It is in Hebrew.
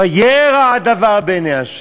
וירע הדבר בעיני ה'.